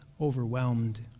overwhelmed